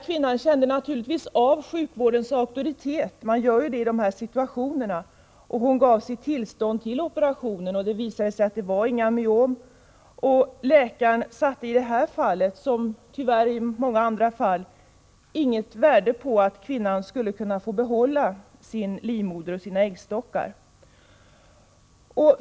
Kvinnan kände naturligtvis av sjukvårdens auktoritet — man gör ju det i dessa situationer — och gav sitt tillstånd till operationen. Det visade sig att det inte var några myom. Läkaren satte i detta fall, som i många andra, tyvärr inget värde på att kvinnan skulle kunna få behålla sin livmoder och sina äggstockar.